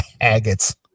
Agates